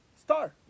star